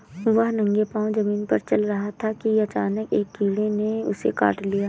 वह नंगे पांव जमीन पर चल रहा था कि अचानक एक कीड़े ने उसे काट लिया